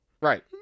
Right